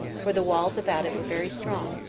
for the walls about it were very strong,